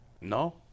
No